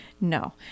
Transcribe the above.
No